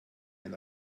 ein